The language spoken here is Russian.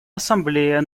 ассамблея